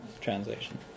translation